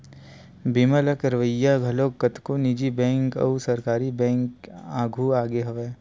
बीमा ल करवइया घलो कतको निजी बेंक अउ सरकारी बेंक आघु आगे हवय